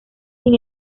sin